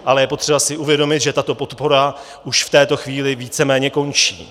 Ale je potřeba si uvědomit, že tato podpora už v této chvíli víceméně končí.